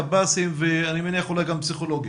קב"סים ואני מניח אולי גם פסיכולוגים.